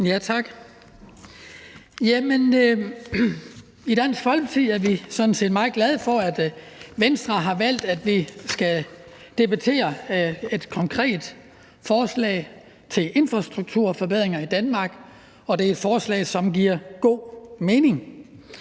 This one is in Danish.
Tak. I Dansk Folkeparti er vi sådan set meget glade for, at Venstre har valgt, at vi skal debattere et konkret forslag til infrastrukturforbedringer i Danmark, og det er et forslag, som giver god mening.